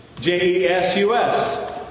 J-E-S-U-S